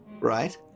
Right